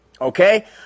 Okay